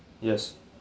yes